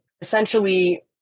essentially